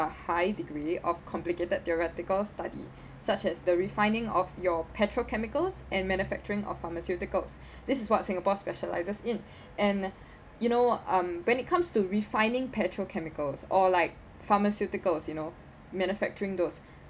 a high degree of complicated theoretical study such as the refining of your petrochemicals and manufacturing of pharmaceuticals this is what singapore specialises in and you know um when it comes to refining petrochemicals or like pharmaceuticals you know manufacturing those